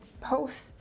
post